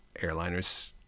Airliners